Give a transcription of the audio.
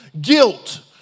guilt